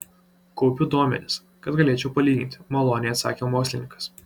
kaupiu duomenis kad galėčiau palyginti maloniai atsakė mokslininkas